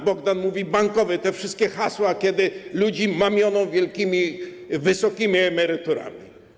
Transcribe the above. Bogdan mówi Bankowy, te wszystkie hasła, kiedy ludzi mamiono wielkimi, wysokimi emeryturami.